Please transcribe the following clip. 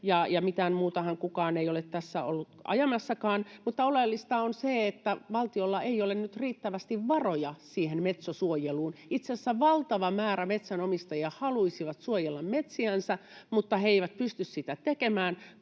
mitään muutahan kukaan ei ole tässä ollut ajamassakaan. Mutta oleellista on se, että valtiolla ei ole nyt riittävästi varoja Metso-suojeluun. Itse asiassa valtava määrä metsänomistajia haluaisi suojella metsiänsä, mutta he eivät pysty sitä tekemään,